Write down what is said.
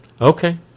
Okay